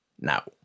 Now